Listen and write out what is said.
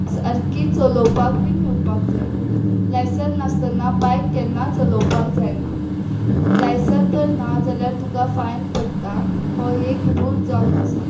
सारकी चलोवपाक बीन येवपाक जाय लायसन नासतना बायक केन्ना चलोवपाक जायना लायसन तर ना जाल्या तुका फायन पडटा हो एक रूल जावन आसा